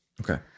Okay